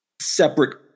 separate